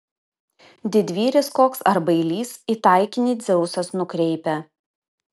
didvyris koks ar bailys į taikinį dzeusas nukreipia